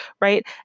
right